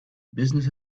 business